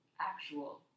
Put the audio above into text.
actual